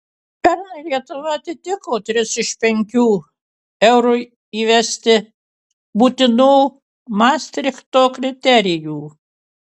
pernai lietuva atitiko tris iš penkių eurui įsivesti būtinų mastrichto kriterijų